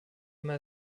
immer